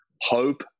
hope